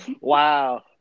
Wow